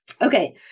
Okay